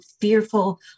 fearful